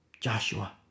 Joshua